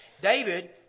David